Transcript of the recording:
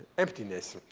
emptiness.